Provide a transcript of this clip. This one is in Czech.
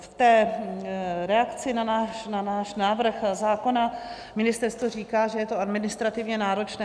V té reakci na náš návrh zákona ministerstvo říká, že je to administrativně náročné.